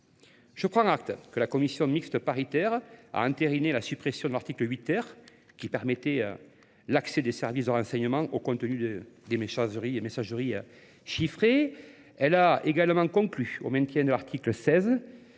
Je prends en acte que la Commission mixte paritaire a entériné la suppression de l'article 8R qui permettait l'accès des services de renseignement au contenu des messageries chiffrées. Elle a également conclu au maintien de l'article 16